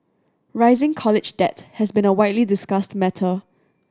rising college debt has been a widely discussed matter